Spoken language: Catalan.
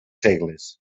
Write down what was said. segles